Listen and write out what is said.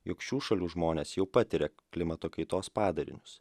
jog šių šalių žmonės jau patiria klimato kaitos padarinius